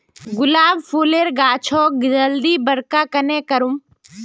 गुलाब फूलेर गाछोक जल्दी बड़का कन्हे करूम?